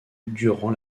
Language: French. durant